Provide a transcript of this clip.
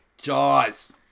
Jaws